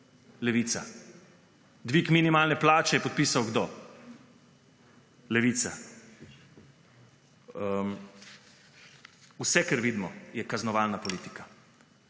Levica. Dvig minimalne plače je podpisal – kdo? Levica. Vse, kar vidimo, je kaznovalna politika.